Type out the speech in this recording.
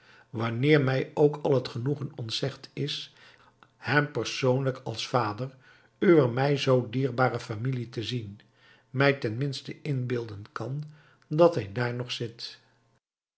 wanneer mij ook al het genoegen ontzegd is hem persoonlijk als vader uwer mij zoo dierbare familie te zien mij ten minste inbeelden kan dat hij daar nog zit